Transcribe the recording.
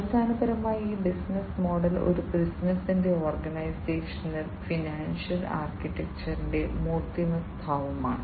അടിസ്ഥാനപരമായി ഈ business model ഒരു ബിസിനസ്സിന്റെ ഓർഗനൈസേഷണൽ ഫിനാൻഷ്യൽ ആർക്കിടെക്ചറിന്റെ മൂർത്തീഭാവമാണ്